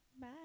Bye